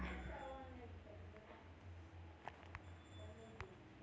venture capital के चलत company वाले ल ओहा कोनो परकार के टेक्निकल जिनिस के बारे म घलो जानकारी देवाथे